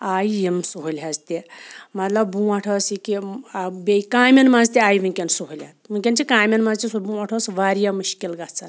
آے یِم سہولیژ تہِ مطلب بروںٛٹھ ٲس یہِ کہِ بیٚیہِ کامٮ۪ن منٛز تہِ آے وٕنۍکٮ۪ن سہولیت وٕنۍکٮ۪ن چھِ کامٮ۪ن منٛز تہِ سُہ بروںٛٹھ اوس واریاہ مُشکل گژھان